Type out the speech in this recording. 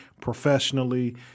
professionally